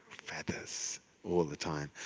feathers all the time.